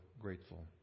grateful